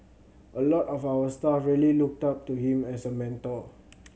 a lot of our staff really looked up to him as a mentor